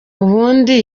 ubundi